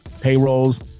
payrolls